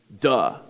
Duh